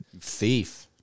Thief